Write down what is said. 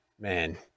Man